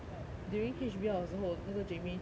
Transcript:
during H_B_L 的时候那个 jamie 就